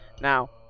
Now